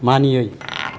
मानियै